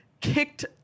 kicked